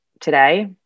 today